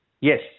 yes